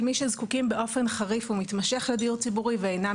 מי שזקוקים באופן חריף ומתמשך לדיור ציבורי ואינם